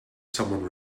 someone